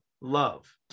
love